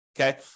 okay